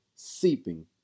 seeping